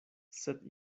sed